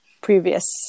previous